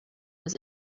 was